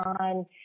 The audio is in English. on